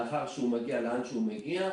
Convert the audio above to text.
לאחר שהוא מגיע לאן שהוא מגיע,